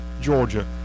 Georgia